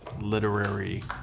literary